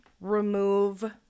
remove